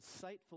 insightful